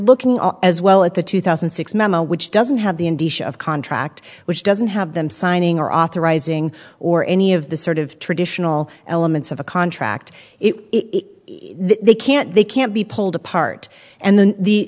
looking as well at the two thousand and six memo which doesn't have the end dish of contract which doesn't have them signing or authorizing or any of the sort of traditional elements of a contract it they can't they can't be pulled apart and then